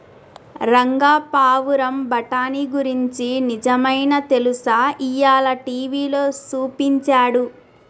రంగా పావురం బఠానీ గురించి నిజమైనా తెలుసా, ఇయ్యాల టీవీలో సూపించాడు